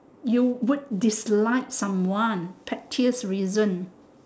you would dislike someone pettiest reason